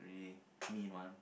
really mean one